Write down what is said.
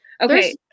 Okay